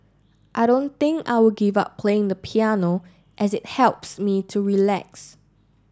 I don't think I will give up playing the piano as it helps me to relax